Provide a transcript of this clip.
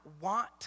want